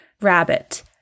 rabbit